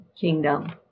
kingdom